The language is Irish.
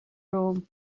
romham